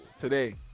today